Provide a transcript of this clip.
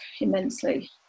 immensely